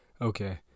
okay